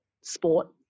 sport